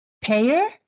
payer